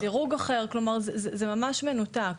זה גם דירוג אחר, כלומר זה ממש מנותק.